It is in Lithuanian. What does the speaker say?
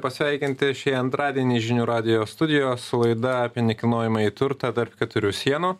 pasveikinti šį antradienį žinių radijo studijos laida apie nekilnojamąjį turtą tarp keturių sienų